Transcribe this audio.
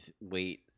wait